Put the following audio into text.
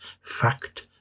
fact